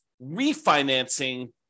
refinancing